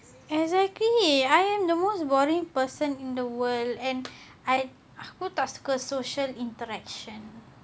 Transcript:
exactly I am the most boring person in the world and I aku tak suka social interaction